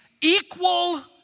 equal